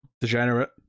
Degenerate